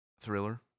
Thriller